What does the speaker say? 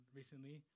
recently